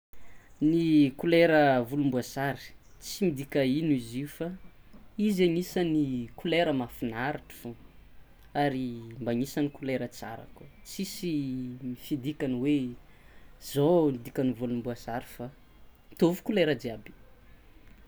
Ny kolera volomboasary, tsy midika ino izy io fa izy anisan'ny kolera mahafinaritry fogna sady mba anisan'ny kolera tsara tsisy fidikany hoe zao dikan'ny volomboasary mitovy kolera jiaby.